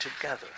together